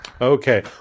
Okay